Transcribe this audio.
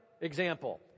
Example